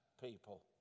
people